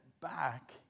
back